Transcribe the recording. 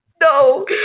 No